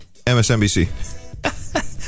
MSNBC